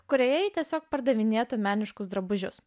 kurioje tiesiog pardavinėtų meniškus drabužius